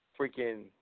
freaking